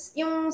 yung